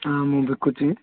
ହଁ ମୁଁ ବିକୁଛି